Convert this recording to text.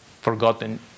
forgotten